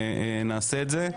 ונעשה את זה.